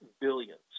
billions